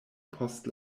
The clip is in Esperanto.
post